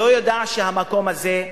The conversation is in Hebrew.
שלא ידע שהמקום הזה,